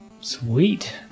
Sweet